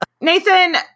Nathan